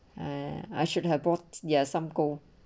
uh I should have brought yea some goal